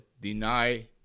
deny